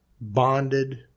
bonded